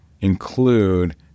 include